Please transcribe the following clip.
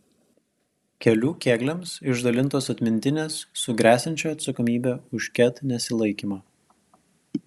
kelių kėgliams išdalintos atmintinės su gresiančia atsakomybe už ket nesilaikymą